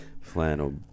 Flannel